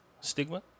stigma